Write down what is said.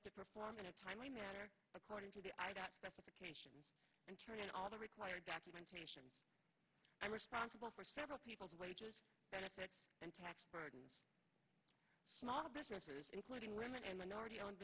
have to perform in a timely manner according to the specifications and turn on all the required documentation i'm responsible for several people's wages benefits and tax burdens small businesses including women and minority owned